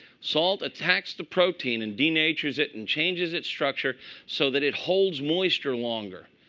salt attacks the protein and denatures it and changes its structure so that it holds moisture longer.